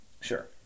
Sure